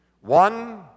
one